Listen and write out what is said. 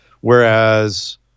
whereas –